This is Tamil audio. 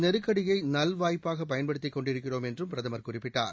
நெருக்கடியை நல்வாய்ப்பாக பயன்படுத்திக் கொண்டிருக்கிறோம் என்றும் பிரதமர் இந்த குறிப்பிட்டார்